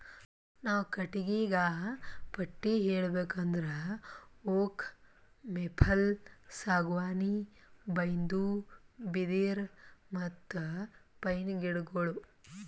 ನಾವ್ ಕಟ್ಟಿಗಿಗಾ ಪಟ್ಟಿ ಹೇಳ್ಬೇಕ್ ಅಂದ್ರ ಓಕ್, ಮೇಪಲ್, ಸಾಗುವಾನಿ, ಬೈನ್ದು, ಬಿದಿರ್, ಮತ್ತ್ ಪೈನ್ ಗಿಡಗೋಳು